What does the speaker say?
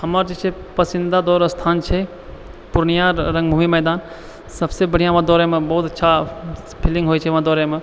हमर जे छै पसन्दिदा दौड़ स्थान छै पूर्णिया रंगभूमि मैदान सभसे बढ़िऑं उहाँ दौड़ै मे बहुत अच्छा फीलिङ्ग होइ छै उहाँ दौड़ै मे